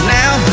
now